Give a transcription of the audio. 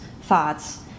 thoughts